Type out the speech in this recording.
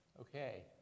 Okay